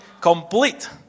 complete